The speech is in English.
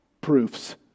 proofs